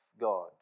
God